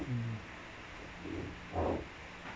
mm